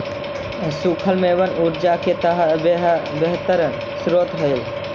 सूखल मेवबन ऊर्जा के बेहतर स्रोत हई